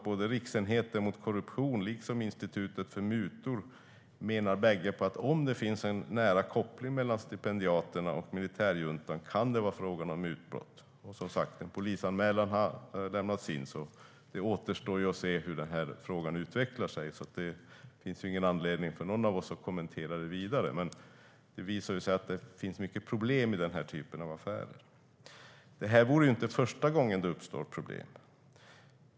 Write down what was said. Både Riksenheten mot korruption och Institutet mot mutor menar att om det finns en nära koppling mellan stipendiaterna och militärjuntan kan det vara fråga om mutbrott. Det har lämnats in en polisanmälan, så nu återstår det att se hur det hela utvecklar sig. Det finns ju ingen anledning för någon av oss att kommentera detta vidare, men det finns många problem med den här typen av affärer. Och det vore ju inte första gången som det uppstår problem.